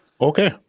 Okay